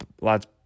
lots